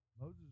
Moses